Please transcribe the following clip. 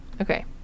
Okay